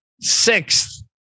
sixth